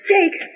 Jake